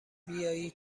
بیایی